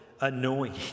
annoying